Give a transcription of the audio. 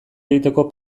egiteko